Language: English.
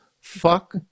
Fuck